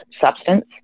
substance